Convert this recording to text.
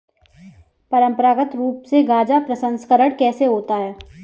परंपरागत रूप से गाजा प्रसंस्करण कैसे होता है?